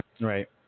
Right